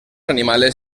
animales